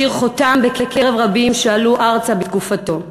השאיר חותם בקרב רבים שעלו ארצה בתקופתו.